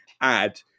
add